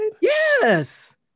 yes